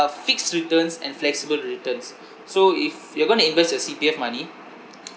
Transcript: fixed returns and flexible returns so if you're goning to invest your C_P_F money